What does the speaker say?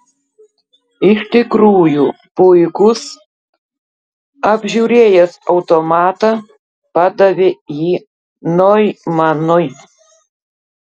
iš tikrųjų puikus apžiūrėjęs automatą padavė jį noimanui